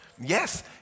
Yes